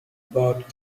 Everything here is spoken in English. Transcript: bought